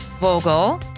Vogel